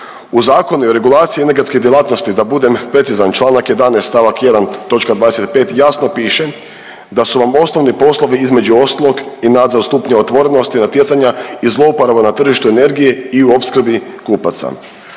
U Zakonu o regulaciji energetske djelatnosti, da budem precizan čl. 11. st. 1. toč. 25. jasno piše da su vam osnovni poslovi između ostalog i nadzor stupnja otvorenosti natjecanja i zlouporaba na tržištu energije i u opskrbi kupaca.